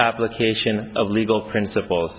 application of legal principle